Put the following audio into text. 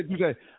okay